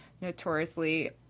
notoriously